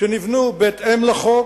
שנבנו בהתאם לחוק,